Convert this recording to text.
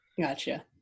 Gotcha